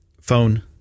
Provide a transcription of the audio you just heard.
phone